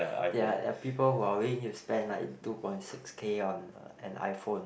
ya people who are willing to spend like two point six K on an iPhone